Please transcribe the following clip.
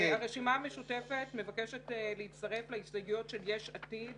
הרשימה המשותפת מבקשת להצטרף להסתייגויות של יש עתיד